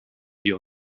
wir